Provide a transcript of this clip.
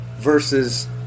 Versus